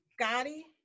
Scotty